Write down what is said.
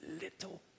little